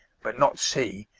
but not c,